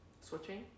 switching